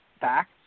facts